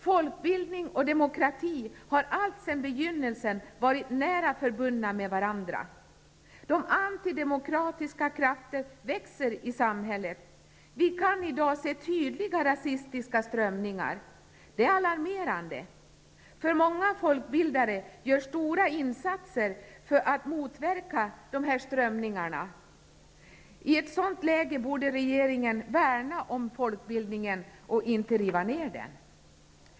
Folkbildning och demokrati har allt sedan begynnelsen varit nära förbundna med varandra. De antidemokratiska krafterna växer i samhället. Vi kan i dag se tydliga rasistiska strömningar. Det är alarmerande. Många folkbildare gör stora insatser för att motverka dessa strömningar. I ett sådant läge borde regeringen värna om folkbildningen och inte riva ner den.